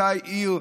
שהייתה עיר,